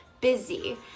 busy